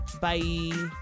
Bye